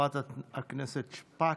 חברת הכנסת שפק.